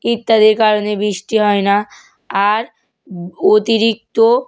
ইত্যাদির কারণে বৃষ্টি হয় না আর অতিরিক্ত